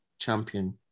champion